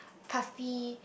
puffy